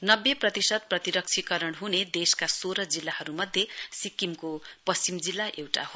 नब्बे प्रतिशत प्रतिरक्षीकरण हुने देशका सोह्र जिल्लाहरु मध्ये सिक्किमको पश्चिम जिल्ला एउटा हो